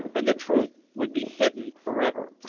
and the truth would be hidden forever.